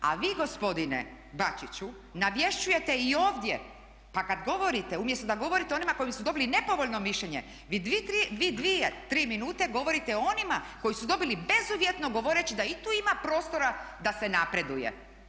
A vi gospodine Bačiću navješćujete i ovdje pa kad govorite, umjesto da govorite onima koji su dobili nepovoljno mišljenje vi dvije, tri minute govorite o onima koji su dobili bezuvjetno govoreći da i tu ima prostora da se napreduje.